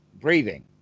breathing